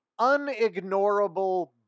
unignorable